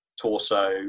torso